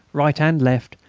right and left,